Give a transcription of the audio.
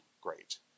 great